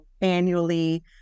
annually